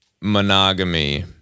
monogamy